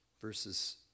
verses